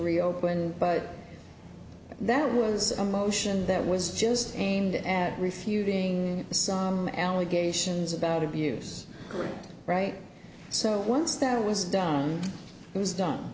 reopen but that was a motion that was just aimed at refuting some allegations about abuse right so once that was done it was done